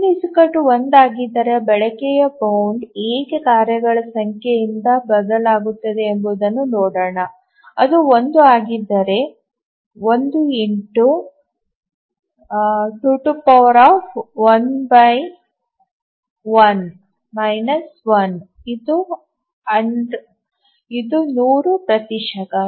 N 1 ಆಗಿದ್ದರೆ ಬಳಕೆಯ bound ಹೇಗೆ ಕಾರ್ಯಗಳ ಸಂಖ್ಯೆಯೊಂದಿಗೆ ಬದಲಾಗುತ್ತದೆ ಎಂಬುದನ್ನು ನೋಡೋಣ ಅದು 1 ಆಗುತ್ತದೆ 1211 1 ಇದು 100 ಪ್ರತಿಶತ